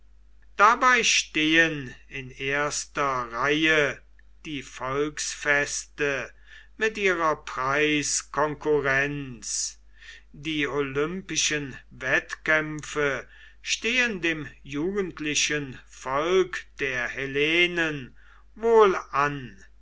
dabei stehen in erster reihe die volksfeste mit ihrer preiskonkurrenz die olympischen wettkämpfe stehen dem jugendlichen volk der hellenen wohl an